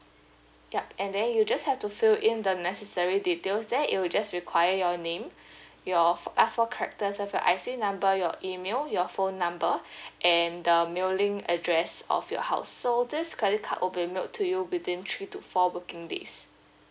yup and then you just have to fill in the necessary details there it'll just require your name your ph~ last four characters of your I_C number your email your phone number and the mailing address of your house so this credit card will be mailed to you within three to four working days